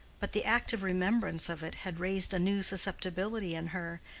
but the active remembrance of it had raised a new susceptibility in her,